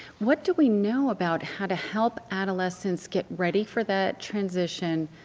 what do we know about how to help adolescents get ready for that transition,